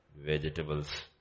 Vegetables